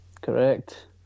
Correct